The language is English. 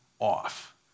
off